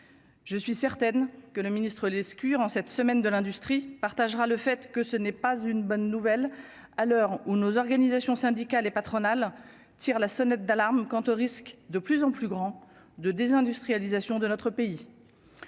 je suis certaine que le ministre-Lescure en cette semaine de l'industrie partagera le fait que ce n'est pas une bonne nouvelle à l'heure où nos organisations syndicales et patronales, tire la sonnette d'alarme quant au risque de plus en plus grand de désindustrialisation de notre pays,